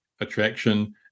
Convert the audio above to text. attraction